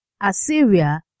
Assyria